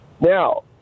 Now